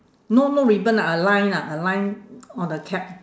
no no ribbon lah a line lah a line on a cap